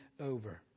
over